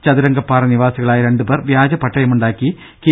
ചതുരംഗപ്പാറ നിവാസികളായ രണ്ടുപേർ വ്യാജ പട്ടയമുണ്ടാക്കി കെ